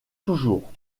toujours